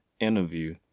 interview